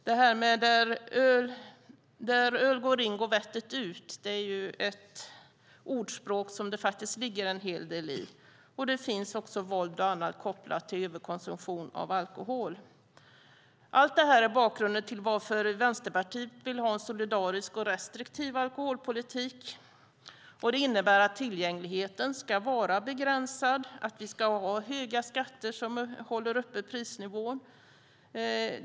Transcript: Där öl går in går vettet ut är ju ett ordspråk som det faktiskt ligger en hel del i. Det finns också våld och annat kopplat till överkonsumtion av alkohol. Allt det här är bakgrunden till att Vänsterpartiet vill ha en solidarisk och restriktiv alkoholpolitik. Det innebär att tillgängligheten ska vara begränsad, att vi ska ha höga skatter som håller prisnivån uppe.